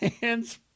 hands